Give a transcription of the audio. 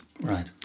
right